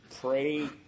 pray